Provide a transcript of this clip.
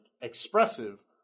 expressive